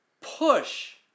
push